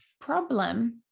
problem